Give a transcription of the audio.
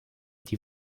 die